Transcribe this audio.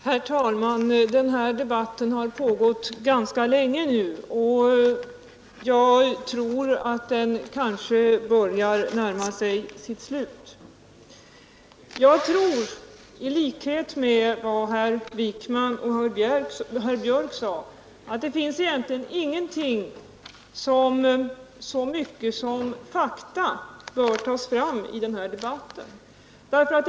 Herr talman! Den här debatten har pågått ganska länge nu och jag tror att den börjar närma sig sitt slut. I likhet med vad herr Wijkman och herr Björck i Nässjö sade tror jag, att det egentligen inte finns någonting som det är så viktigt att ta fram i den här debatten som fakta.